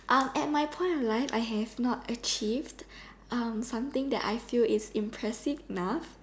uh at my point of life I have not achieved um something that I feel is impressive enough